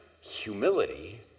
humility